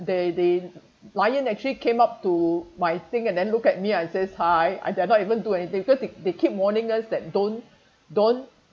the the lion actually came up to my thing and then look at me and says hi I dare not even do anything cause they they keep warning us that don't don't